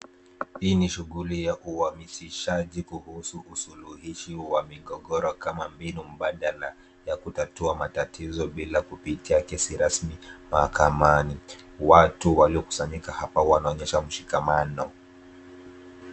Hii ni shuguli ya uhamisishaji kuhusu usuluhishi wa migogoro kama mbinu mbadala ya kutatua matatizo bila kupitia kesi rasmi mahakamani. Watu waliokusanyika hapa wanaonyesha mshikamano.